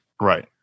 Right